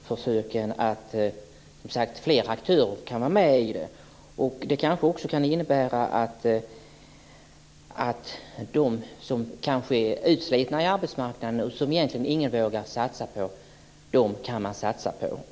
Fru talman! Fler aktörer kan vara med i FRISAM försöken. Det kan också innebära att de som är utslitna och som ingen vågar satsa på får vara med.